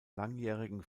langjährigen